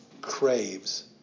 craves